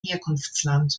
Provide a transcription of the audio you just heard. herkunftsland